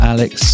Alex